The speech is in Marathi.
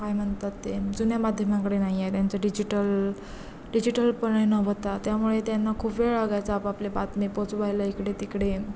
काय म्हणतात ते जुन्या माध्यमांकडे नाही आहे त्यांचं डिजिटल डिजिटलपणे नव्हता त्यामुळे त्यांना खूप वेळ लागायचा आपापले बातमी पोचवायला इकडे तिकडे